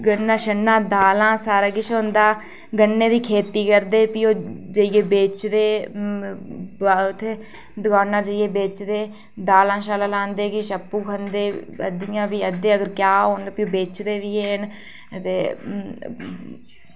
गन्ना दालां सारा किश होंदा गन्ने दी खेती करदे भी ओह् जाइयै बेचदे ओह् उत्थै दकानां जाइयै बेचदे दालां लांदे किश आपूं खंदे अद्धियां क्या होन ते भी बेचदे बी हैन ते